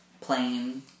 plain